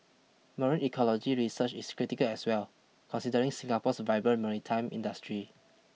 marine ecology research is critical as well considering Singapore's vibrant maritime industry